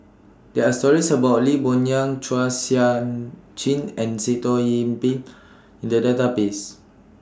There Are stories about Lee Boon Yang Chua Sian Chin and Sitoh Yih Pin in The Database